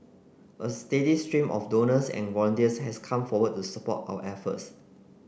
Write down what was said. a steady stream of donors and volunteers has come forward to support our efforts